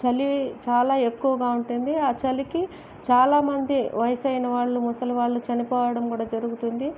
చలి చాలా ఎక్కువగా ఉంటుంది ఆ చలికి చాలామంది వయసు అయిన వాళ్ళు ముసలి వాళ్లు చనిపోవడం కూడా జరుగుతుంది